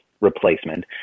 replacement